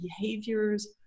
behaviors